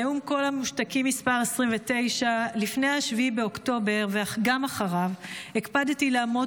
נאום קול המושתקים מס' 29. לפני 7 באוקטובר וגם אחריו הקפדתי לעמוד